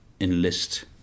enlist